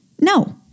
no